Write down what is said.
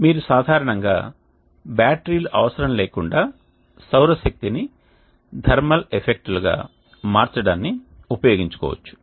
మీరు సాధారణంగా బ్యాటరీలు అవసరం లేకుండా సౌర శక్తిని థర్మల్ ఎఫెక్ట్లుగా మార్చడాన్ని ఉపయోగించుకోవచ్చు